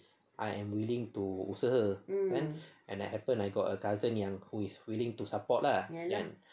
I am willing to usaha kan and I happen I got a cousin is willing to support lah